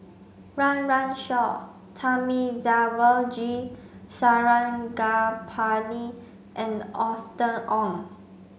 Run Run Shaw Thamizhavel G Sarangapani and Austen Ong